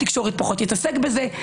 התקשורת פחות תתעסק בזה,